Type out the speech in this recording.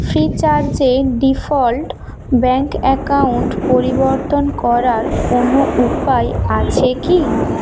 ফ্রিচার্জে default bank account পরিবর্তন করার কোনও উপায় আছে কি